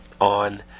on